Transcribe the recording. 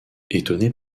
étonné